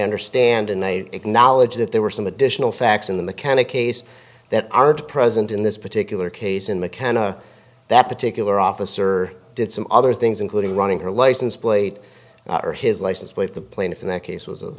understand and i acknowledge that there were some additional facts in the mechanic case that aren't present in this particular case in macand that particular officer did some other things including running her license plate or his license with the plaintiff in that case was